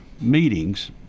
meetings